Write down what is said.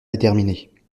déterminée